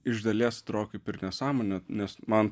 iš dalies atrodo kaip ir nesąmonė nes man